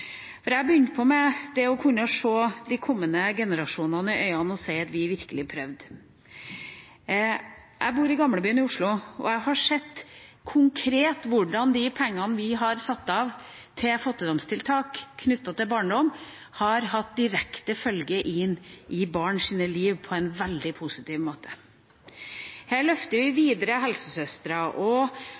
barn. Jeg begynte med det å kunne se de kommende generasjonene i øynene og si at vi virkelig prøvde. Jeg bor i Gamlebyen i Oslo, og jeg har sett konkret hvordan pengene vi har satt av til fattigdomstiltak knyttet til barndom, har hatt direkte følger for barns liv på en veldig positiv måte. Her løfter vi videre helsesøster- og